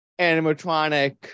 animatronic